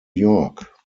york